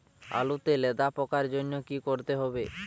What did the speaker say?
আলুতে লেদা পোকার জন্য কি করতে হবে?